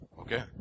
Okay